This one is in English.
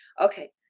okay